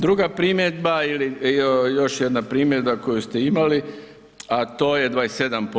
Druga primjedba ili još jedna primjedba koju ste imali, a to je 27%